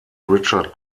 richard